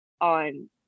on